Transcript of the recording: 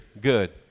good